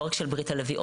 לא רק של ברית הלביאות,